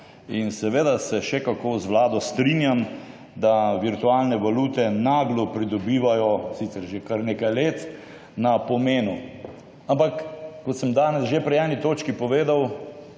in seveda se še kako z Vlado strinjam, da virtualne valute naglo pridobivajo, sicer že kar nekaj let, na pomenu. Ampak kot sem danes že pri eni točki povedal,